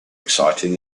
exciting